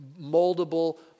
moldable